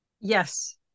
Yes